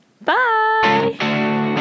Bye